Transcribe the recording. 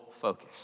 focus